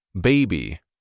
Baby